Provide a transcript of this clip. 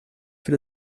für